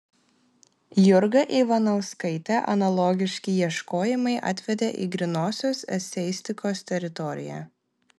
jurgą ivanauskaitę analogiški ieškojimai atvedė į grynosios eseistikos teritoriją